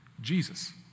Jesus